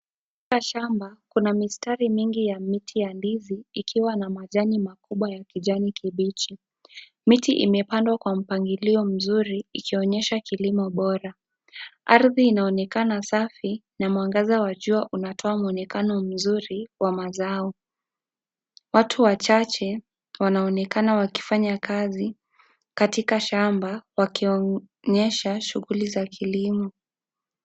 Katika shamba kuna mistari mingi ya miti ya ndizi ikiwa na majani makubwa ya kijani kibichi. Miti imepandwa kwa mpangilio mzuri ikionyesha kilimo bora. Ardhi inaonekana safi na mwangaza wa jua unatoa muonekano mzuri wa mazao. Watu wachache wanaonekana wakifanya kazi katika shamba, wakiwaonyasha shughuli za kilimo.